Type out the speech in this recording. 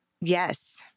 Yes